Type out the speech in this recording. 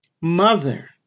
Mother